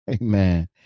Amen